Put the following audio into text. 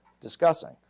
discussing